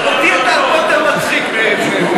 אותי אתה הרבה יותר מצחיק מהם.